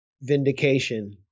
vindication